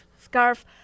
scarf